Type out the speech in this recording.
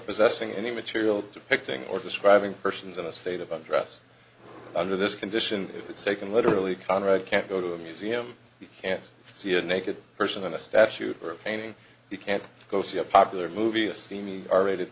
possessing any material depicting or describing persons in a state of undress under this condition it's taken literally conrad can't go to a museum you can't see a naked person in a statute or a painting you can't go see a popular movie a steamy r rated